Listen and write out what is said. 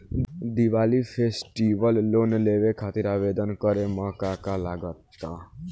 Diwali festival loan लेवे खातिर आवेदन करे म का का लगा तऽ?